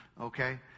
okay